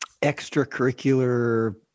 extracurricular